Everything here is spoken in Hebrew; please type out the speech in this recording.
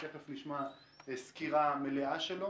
שתיכף נשמע סקירה מלאה שלו.